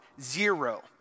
Zero